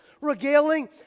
regaling